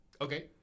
Okay